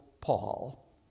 Paul